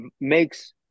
makes